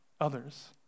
others